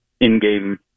in-game